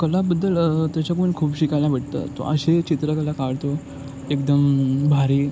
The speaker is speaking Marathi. कलाबद्दल त्याच्याकडून खूप शिकायला भेटतं तो असे चित्रकला काढतो एकदम भारी